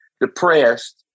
depressed